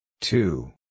Two